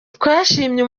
twashimye